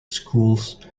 schools